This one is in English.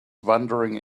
wondering